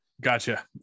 Gotcha